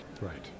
Right